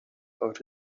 out